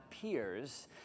peers